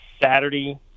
Saturday